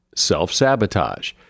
self-sabotage